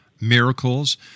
miracles